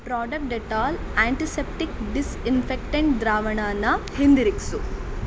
product Dettol antiseptic disinfectant ದ್ರಾವಣನ ಹಿಂದಿರುಗಿಸು